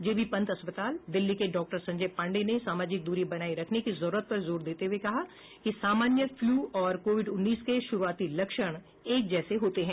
GB Pant अस्पताल दिल्ली के डॉ संजय पांडेय ने सामाजिक दूरी बनाए रखने की जरूरत पर जोर देते हुए कहा कि सामान्य फ्लू और कोविड उन्नीस के शुरूआती लक्षण एक जैसे होते हैं